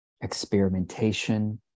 experimentation